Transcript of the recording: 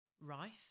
rife